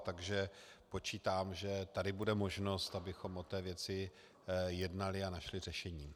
Takže počítám, že tady bude možnost, abychom o té věci jednali a našli řešení.